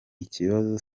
ikibazo